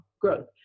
growth